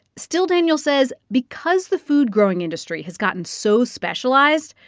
still, daniel says, because the food-growing industry has gotten so specialized,